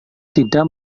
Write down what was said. tidak